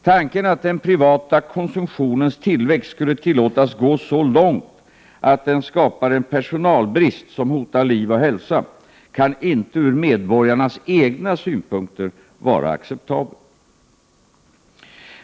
Tanken att den privata konsumtionens tillväxt skulle tillåtas gå så långt att den skapar en personalbrist som hotar liv och hälsa kan inte ur medborgarnas egna synpunkter vara acceptabel.